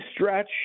stretch